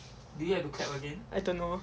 I don't know